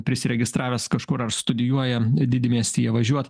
prisiregistravęs kažkur ar studijuoja didmiestyje važiuot